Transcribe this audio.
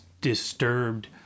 disturbed